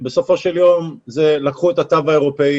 שבסופו של יום לקחו את התו האירופי